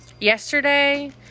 Yesterday